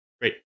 Great